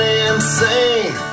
insane